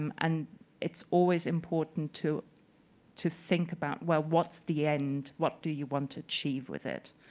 um and it's always important to to think about, well, what's the end? what do you want to achieve with it?